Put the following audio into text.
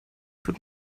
tut